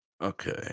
Okay